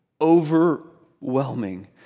overwhelming